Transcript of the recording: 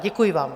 Děkuji vám.